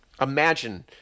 Imagine